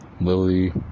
Lily